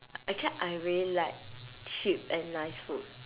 actually I really like cheap and nice food